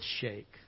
shake